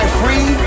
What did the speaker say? free